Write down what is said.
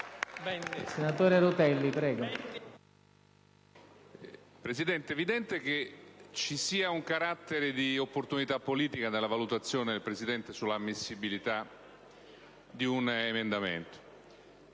È evidente che abbia un carattere di opportunità politica la valutazione del Presidente sull'ammissibilità di un emendamento.